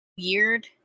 weird